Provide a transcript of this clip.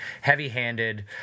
heavy-handed